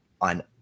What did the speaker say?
on